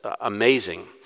amazing